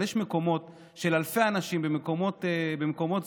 אבל יש מקומות של אלפי אנשים במקומות סגורים,